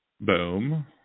Boom